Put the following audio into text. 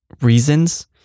reasons